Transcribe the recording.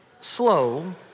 slow